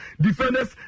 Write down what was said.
Defenders